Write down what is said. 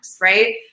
right